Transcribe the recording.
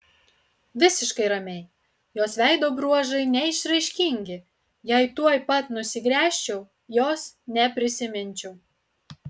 visiškai ramiai jos veido bruožai neišraiškingi jei tuoj pat nusigręžčiau jos neprisiminčiau